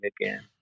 again